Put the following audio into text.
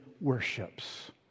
worships